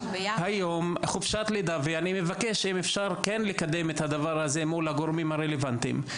אני מבקש כן לקדם את הדבר הזה מול הגורמים הרלוונטיים.